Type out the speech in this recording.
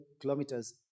kilometers